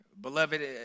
beloved